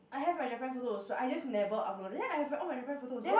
I have my Japan photos so I just never upload then I have like all my Japan photos there